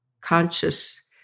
conscious